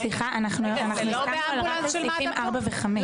ענת, סליחה, אנחנו הסכמנו רק על סעיפים 4 ו-5.